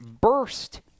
burst